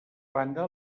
banda